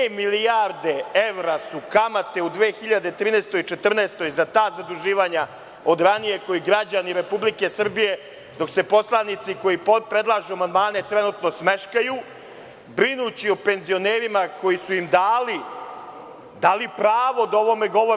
Dve milijarde evra su kamate u 2013/2014. godini za ta zaduživanja od ranije koje građani Republike Srbije, dok se poslanici koji predlažu amandmane trenutno smeškaju brinući o penzionerima koji su ima dali pravo da o ovome govore.